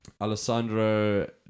Alessandro